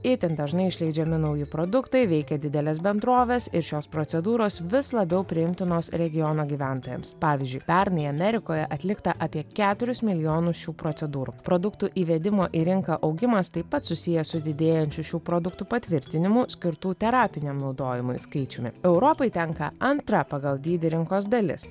itin dažnai išleidžiami nauji produktai veikia didelės bendrovės ir šios procedūros vis labiau priimtinos regiono gyventojams pavyzdžiui pernai amerikoje atlikta apie keturis milijonus šių procedūrų produktų įvedimo į rinką augimas taip pat susijęs su didėjančiu šių produktų patvirtinimu skirtų terapiniam naudojimui skaičiumi europai tenka antra pagal dydį rinkos dalis